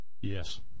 Yes